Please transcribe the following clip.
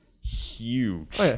huge